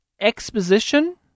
exposition